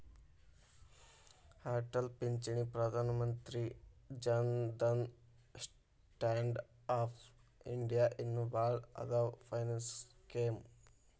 ಅಟಲ್ ಪಿಂಚಣಿ Pradhan Mantri Jan Dhan stand up India ಇನ್ನು ಭಾಳ್ ಅದಾವ್ ಫೈನಾನ್ಸ್ ಸ್ಕೇಮ್